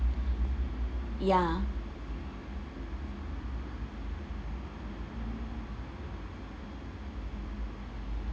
yeah